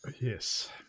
Yes